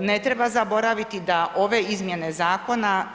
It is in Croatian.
Ne treba zaboraviti da ove izmjene zakona